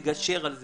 נגשר על זה,